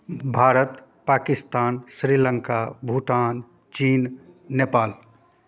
भारत पाकिस्तान श्रीलंका भूटान चीन नेपाल